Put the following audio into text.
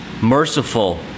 merciful